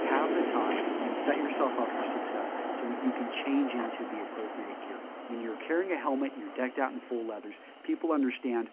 have the time and set yourself up for success so that you can change in to the appropriate gear. when youire carrying a helmet, youire decked out in full leathers, people understand